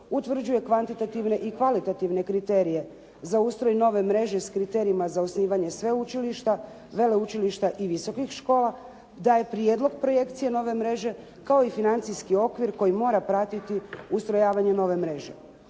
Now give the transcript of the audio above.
utvrđuje kvantitativne i kvalitativne kriterije za ustroj nove mreže s kriterijima za osnivanje sveučilišta, veleučilišta i visokih škola, daje prijedlog projekcije nove mreže kao i financijski okvir koji mora pratiti ustrojavanje nove mreže.